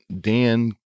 Dan